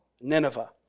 Nineveh